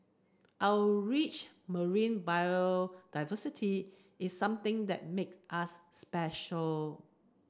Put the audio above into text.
our rich marine biodiversity is something that make us special